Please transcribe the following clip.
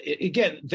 again